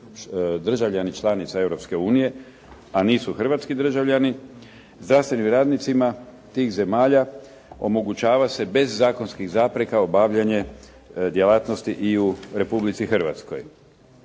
državljani članica Europske unije, a nisu hrvatski državljani, zdravstvenim radnicima tih zemalja omogućava se bez zakonskih zapreka obavljanje djelatnosti i u Republici Hrvatskoj.